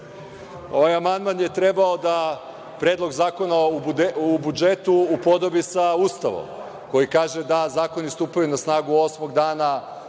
Ovaj amandman je trebao da Predlog zakona o budžetu upodobi sa Ustavom, koji kaže da zakoni stupaju na snagu osmog dana